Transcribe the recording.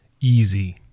easy